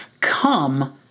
Come